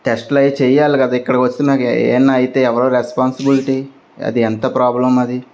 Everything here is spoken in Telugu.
టెస్టలు అవి చెయ్యాలి కదా ఇక్కడికి వచ్చాక ఏమైనా అయితే ఎవరు రెస్పాన్సిబిలిటీ అది ఎంత ప్రాబ్లమ్ అది